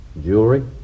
jewelry